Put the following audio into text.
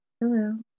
Hello